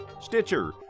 Stitcher